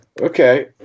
Okay